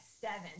seven